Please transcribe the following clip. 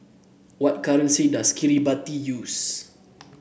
what currency does Kiribati use